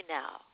now